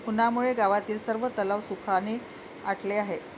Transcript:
उन्हामुळे गावातील सर्व तलाव सुखाने आटले आहेत